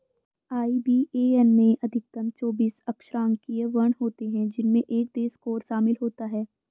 IBAN में अधिकतम चौतीस अक्षरांकीय वर्ण होते हैं जिनमें एक देश कोड शामिल होता है